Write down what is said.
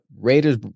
Raiders